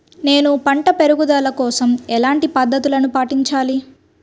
నేను పంట పెరుగుదల కోసం ఎలాంటి పద్దతులను పాటించాలి?